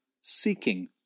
seeking